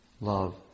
love